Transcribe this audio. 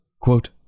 Quote